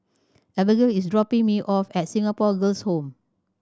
Abagail is dropping me off at Singapore Girls' Home